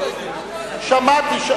שמעתי.